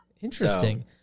Interesting